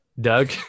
Doug